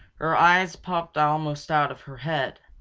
her eyes popped almost out of her head.